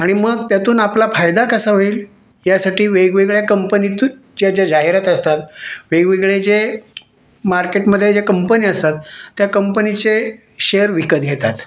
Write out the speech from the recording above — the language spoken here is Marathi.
आणि मग त्यातून आपला फायदा कसा होईल यासाठी वेगवेगळ्या कंपनीतूच्या ज्या जाहिरात असतात वेगवेगळे जे मार्केटमध्ये ज्या कंपन्या असतात त्या कंपनीचे शेअर विकत घेतात